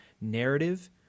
narrative